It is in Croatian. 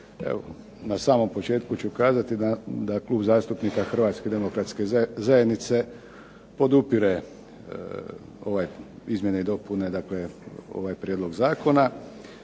Na samom početku ću kazati da Klub zastupnika Hrvatske demokratske zajednice podupire ove izmjene i dopune, dakle ovaj prijedlog zakona.